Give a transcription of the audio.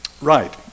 Right